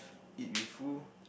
eat with who